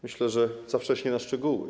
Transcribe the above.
Myślę, że za wcześnie na szczegóły.